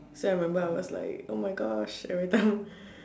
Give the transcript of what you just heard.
so I remember I was like oh my gosh every time